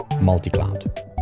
multi-cloud